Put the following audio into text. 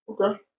Okay